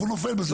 הוא נופל.